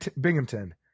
Binghamton